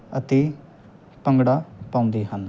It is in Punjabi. ਅਤੇ ਭੰਗੜਾ ਪਾਉਂਦੇ ਹਨ